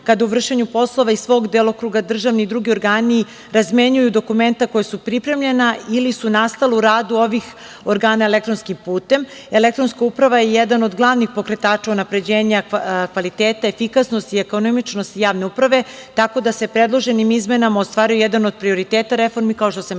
kada u vršenju poslova iz svog delokruga državni i drugi organi razmenjuju dokumenta koja su pripremljena ili su nastala u radu ovih organa elektronskim putem, elektronska uprava je jedan od glavnih pokretača unapređenja kvaliteta, efikasnosti i ekonomičnosti javne uprave, tako da se predloženim izmenama ostvaruje jedan od prioriteta reformi, kao što sam i rekla,